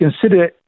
consider